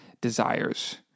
desires